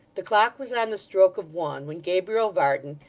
the clock was on the stroke of one, when gabriel varden,